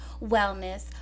wellness